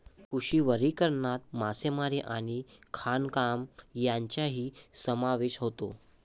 कृषी वनीकरणात मासेमारी आणि खाणकाम यांचाही समावेश होतो